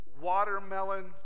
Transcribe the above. watermelon